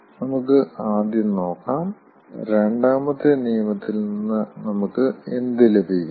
നമുക്ക് ആദ്യം നോക്കാം രണ്ടാമത്തെ നിയമത്തിൽ നിന്ന് നമുക്ക് എന്ത് ലഭിക്കും എന്ന്